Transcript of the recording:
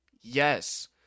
Yes